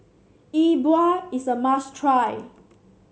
E Bua is a must try